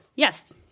Yes